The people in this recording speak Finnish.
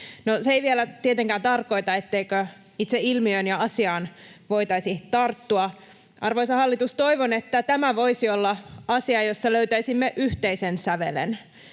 se ei vielä tietenkään tarkoita, etteikö itse ilmiöön ja asiaan voitaisi tarttua. Arvoisa hallitus, toivon, että tämä voisi olla asia, jossa löytäisimme yhteisen sävelen.